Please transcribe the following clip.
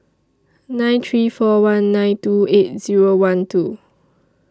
nine three four one nine two eight Zero one two